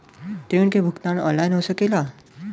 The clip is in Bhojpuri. ऋण के भुगतान ऑनलाइन हो सकेला?